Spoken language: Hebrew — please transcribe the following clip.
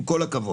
עם כל הכבוד,